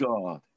God